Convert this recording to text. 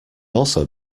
also